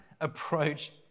approach